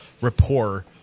rapport